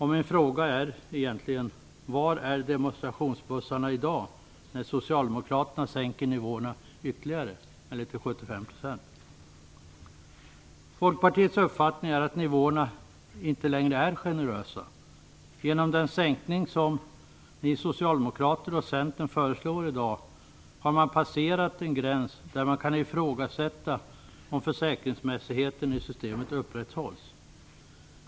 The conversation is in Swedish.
Min fråga är: Var är demonstrationsbussarna i dag när Socialdemokraterna sänker nivåerna ytterligare till 75 %? Folkpartiets uppfattning är att nivåerna inte längre är generösa. Genom den sänkning som Socialdemokraterna och Centern i dag föreslår har man passerat en gräns där man kan ifrågasätta om försäkringsmässigheten i systemen upprätthålls.